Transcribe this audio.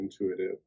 intuitive